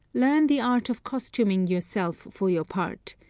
learn the art of costuming yourself for your part,